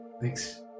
Thanks